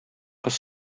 кыз